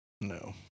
No